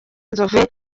nzove